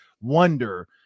wonder –